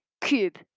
cube